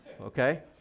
okay